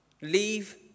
Leave